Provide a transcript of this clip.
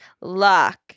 lock